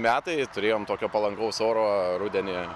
metai turėjom tokio palankaus oro rudenį